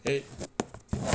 !hey!